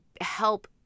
help